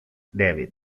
david